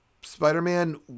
Spider-Man